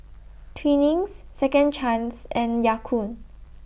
Twinings Second Chance and Ya Kun